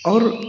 और